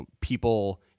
people